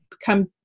come